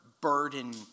burden